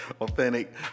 authentic